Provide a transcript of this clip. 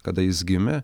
kada jis gimė